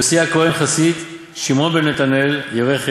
יוסי הכוהן, חסיד, שמעון בן נתנאל, ירא חטא,